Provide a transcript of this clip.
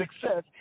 success